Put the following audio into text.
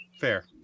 Fair